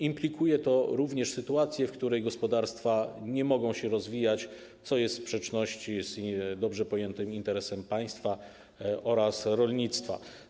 Implikuje to również sytuację, w której gospodarstwa nie mogą się rozwijać, co stoi w sprzeczności z dobrze pojętym interesem państwa oraz rolnictwa.